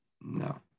no